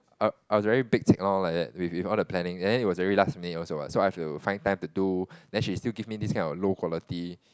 I I was very pek-cek lor like that with with all the planning then it was already very last minute also what so I have to find time to do then she still give me this kind of low quality